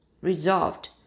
Resolved